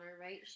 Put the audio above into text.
right